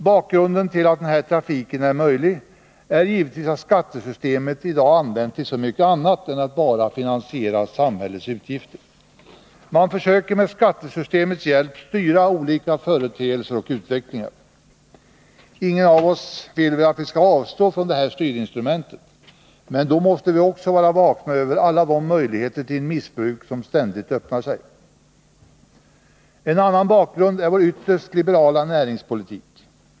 Bakgrunden till att den här trafiken är möjlig är givetvis att skattesystemet i dag används till så mycket annat än till att bara finansiera samhällets utgifter. Man försöker att med skattesystemets hjälp styra olika företeelser och utvecklingar. Ingen av oss vill väl avstå från detta styrinstrument, men då måste vi också vara vakna för alla de möjligheter till missbruk som ständigt öppnar sig. En annan bakgrund är vår ytterst liberala näringspolitik.